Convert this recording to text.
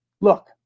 look